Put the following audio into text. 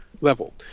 level